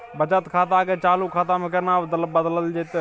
बचत खाता के चालू खाता में केना बदलल जेतै?